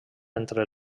entre